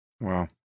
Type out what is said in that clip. wow